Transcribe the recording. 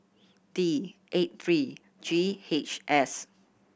D eight three G H S